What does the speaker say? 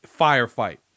firefight